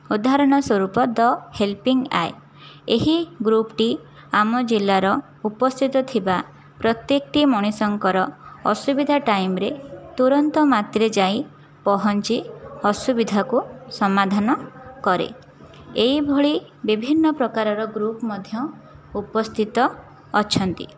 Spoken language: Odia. ଉଦାହରଣ ସ୍ୱରୂପ ଦ ହେଲପିଙ୍ଗ୍ ଆଏ ଏହି ଗ୍ରୁପ୍ଟି ଆମ ଜିଲ୍ଲାର ଉପସ୍ଥିତ ଥିବା ପ୍ରତ୍ୟେକଟି ମଣିଷଙ୍କର ଅସୁବିଧା ଟାଇମରେ ତୁରନ୍ତ ମାତ୍ରେ ଯାଇ ପହଞ୍ଚି ଅସୁବିଧାକୁ ସମାଧାନ କରେ ଏହିଭଳି ବିଭିନ୍ନ ପ୍ରକାରର ଗ୍ରୁପ୍ ମଧ୍ୟ ଉପସ୍ଥିତ ଅଛନ୍ତି